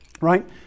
Right